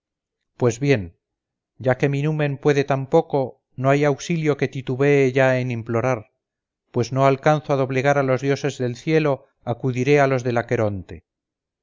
pues bien ya que mi numen puede tan poco no hay auxilio que titubee ya en implorar pues no alcanzo a doblegar a los dioses del cielo acudiré a los del aqueronte en